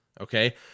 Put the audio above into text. Okay